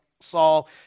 Saul